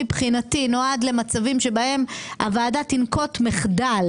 שגית, למה הגעת עם איתי טמקין?